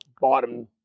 bottom